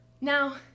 Now